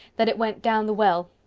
that it went down the well.